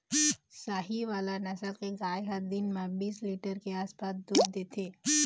साहीवाल नसल के गाय ह दिन म बीस लीटर के आसपास दूद देथे